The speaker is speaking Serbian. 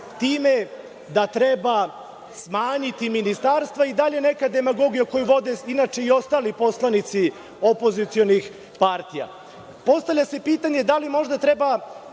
time da treba smanjiti ministarstva, i to je neka demagogija koju vode i ostali poslanici opozicionih partija. Postavlja se pitanje da li možda treba